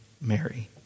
mary